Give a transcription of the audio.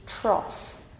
trough